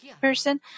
person